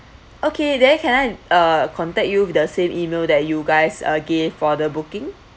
okay then can I uh contact you with the same email that you guys uh gave for the booking